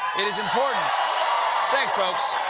it is important thanks, folks,